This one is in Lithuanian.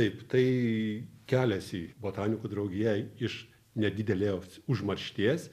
taip tai kelias į botanikų draugiją iš nedidelės užmaršties